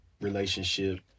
relationship